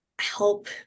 help